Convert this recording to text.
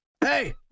hey